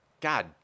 God